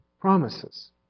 promises